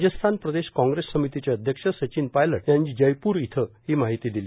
राजस्थान प्रदेश काँग्रेस समितीचे अध्यक्ष सचिन पायलट यांनी जयप्र इथं ही माहिती दिली